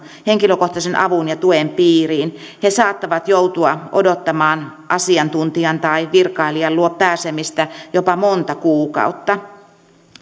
henkilökohtaisen avun ja tuen piiriin he saattavat joutua odottamaan asiantuntijan tai virkailijan luo pääsemistä jopa monta kuukautta